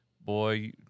Boy